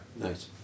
Nice